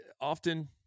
often